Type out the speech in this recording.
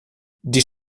die